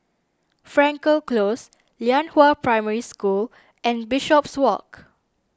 Frankel Close Lianhua Primary School and Bishopswalk